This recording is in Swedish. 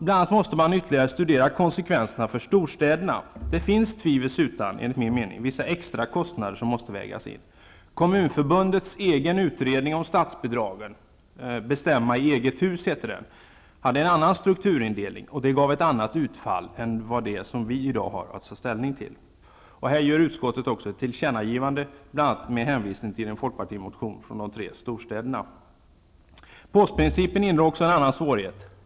Bl.a. måste man ytterligare studera konsekvenserna för storstäderna. Det finns tvivelsutan vissa extra kostnader som enligt min mening måste vägas in. Kommunförbundets egen utredning om statsbidragen -- ''Bestämma i eget hus'' hette den -- hade en annan strukturindelning som gav ett annat utfall än det som vi i dag har att ta ställning till. Här gör utskottet också ett tillkännagivande, bl.a. med hänvisning till en folkpartimotion från de tre storstäderna. ''Påsprincipen'' innehåller också en annan svårighet.